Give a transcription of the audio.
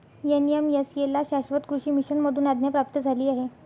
NMSA ला शाश्वत कृषी मिशन मधून आज्ञा प्राप्त झाली आहे